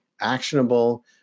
actionable